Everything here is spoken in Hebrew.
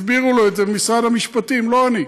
הסבירו לו את זה משרד המשפטים, לא אני.